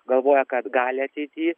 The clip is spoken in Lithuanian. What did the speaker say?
galvoja kad gali ateity